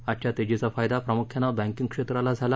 आजच्या तेजीचा फायदा प्रामुख्यानं बँकिंग क्षेत्राला झाला